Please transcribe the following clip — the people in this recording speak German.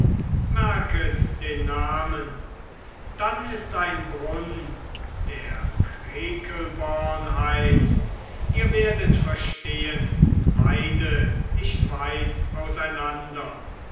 merket den namen dann ist ein brunn der krekelborn heißt ihr werdet verstehen beide nicht weit auseinander